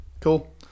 Cool